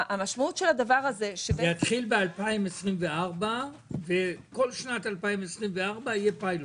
זה יתחיל ב-2024 וכל שנת 2024 תהיה פיילוט.